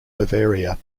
bavaria